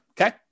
Okay